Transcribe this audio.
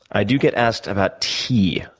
i do get asked about tea.